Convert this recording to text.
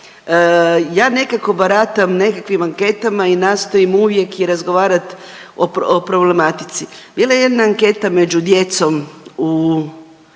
Ja nekako baratam nekakvim anketama i nastojim uvijek i razgovarati o problematici. Bila je jedna anketa među djecom u